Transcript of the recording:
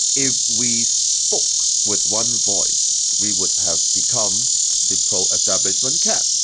if we spoke with one voice, we would have become the pro-establishment camp,